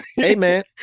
Amen